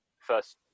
first